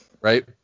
Right